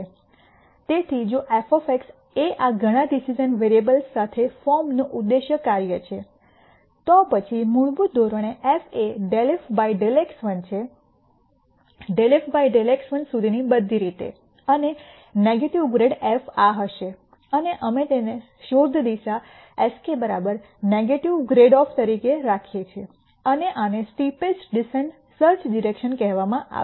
તેથી જો f એ આ ઘણા ડિસિઝન વેરીએબલ્સ સાથે ફોર્મનું ઉદ્દેશ કાર્ય છે તો પછી મૂળભૂત ધોરણ f એ ∂f ∂x1 છે ∂f ∂x1 સુધીની બધી રીતે અને નેગેટિવ ગ્રેડ એફ આ હશે અને અમે તેને શોધ દિશા s k negative grad F તરીકે રાખીએ છીએ અને આને સ્ટીપેસ્ટ ડિસેન્ટ સર્ચ ડિરેકશન કહેવામાં આવે છે